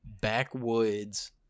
backwoods